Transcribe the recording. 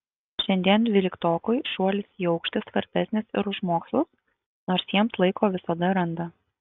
šiandien dvyliktokui šuolis į aukštį svarbesnis ir už mokslus nors jiems laiko visada randa